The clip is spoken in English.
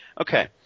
Okay